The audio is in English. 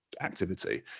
activity